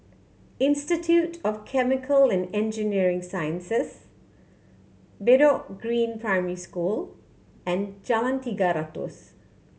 Institute of Chemical and Engineering Sciences Bedok Green Primary School and Jalan Tiga Ratus